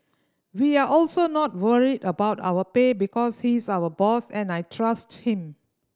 we are also not worried about our pay because he's our boss and I trust him